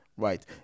Right